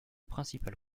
principal